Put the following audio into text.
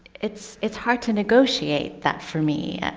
it's it's hard to negotiate that for me.